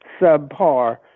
subpar